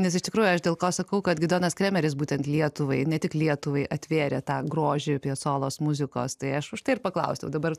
nes iš tikrųjų aš dėl ko sakau kad gidonas kremeris būtent lietuvai ne tik lietuvai atvėrė tą grožį pjacolos muzikos tai aš užtai ir paklausiau dabar